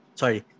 sorry